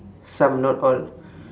some not all